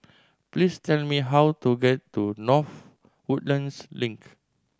please tell me how to get to North Woodlands Link